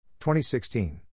2016